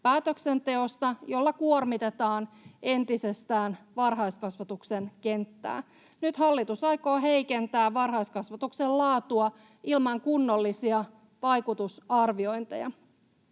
päätöksenteosta, jolla kuormitetaan entisestään varhaiskasvatuksen kenttää. Nyt hallitus aikoo heikentää varhaiskasvatuksen laatua ilman kunnollisia vaikutusarviointeja.